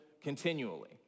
continually